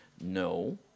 no